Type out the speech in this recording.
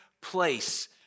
place